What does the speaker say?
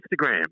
Instagram